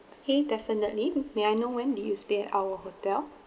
okay definitely may I know when did you stay at our hotel